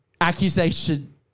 accusation